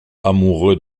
amoureux